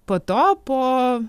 po to po